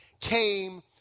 came